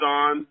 on